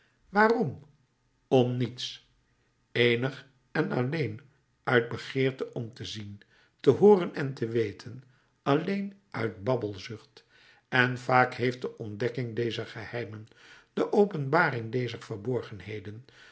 waarom om niets eenig en alleen uit begeerte om te zien te hooren en te weten alleen uit babbelzucht en vaak heeft de ontdekking dezer geheimen de openbaring dezer verborgenheden